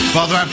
Father